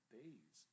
days